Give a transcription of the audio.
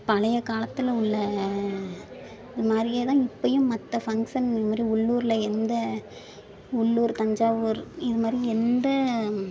பழைய காலத்தில் உள்ள இது மாதிரியே தான் இப்போயும் மற்ற ஃபங்க்சன் இது மாதிரி உள்ளூரில் எந்த உள்ளூர் தஞ்சாவூர் இது மாதிரி எந்த